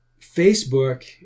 Facebook